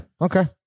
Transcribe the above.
Okay